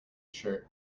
shirt